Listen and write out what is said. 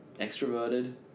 extroverted